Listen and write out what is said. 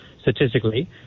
statistically